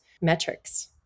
metrics